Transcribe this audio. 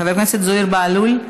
חבר הכנסת זוהיר בהלול,